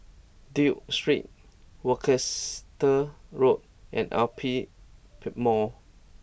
Duke Street Worcester Road and Aperia pep Mall